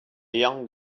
young